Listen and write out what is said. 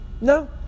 No